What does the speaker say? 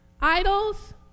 Idols